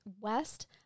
West